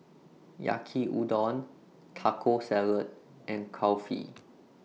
Yaki Udon Taco Salad and Kulfi